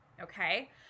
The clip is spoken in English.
okay